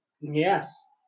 Yes